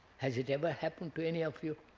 has it ever happened to any of you?